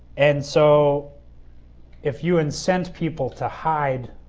and so if you incent people to hide